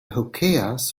hookahs